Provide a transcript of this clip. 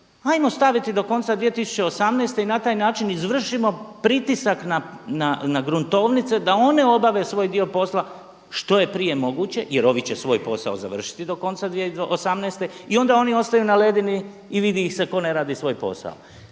Ajmo staviti do konca 2018. i na taj način izvršimo pritisak na gruntovnice da one obave svoj dio posla što je prije moguće jer ovi će svoj posao završiti do konca 2018. i onda oni ostaju na ledini i vidi ih se ko ne radi svoj posao.